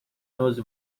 nos